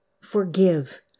forgive